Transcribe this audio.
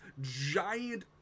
giant